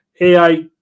AI